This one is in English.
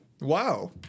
Wow